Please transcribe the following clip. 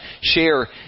share